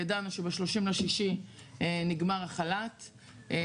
ידענו שב-30.6 נגמר החל"ת,